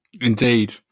Indeed